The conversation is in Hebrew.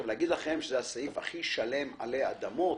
להגיד לכם שזה הסעיף הכי שלם עלי אדמות,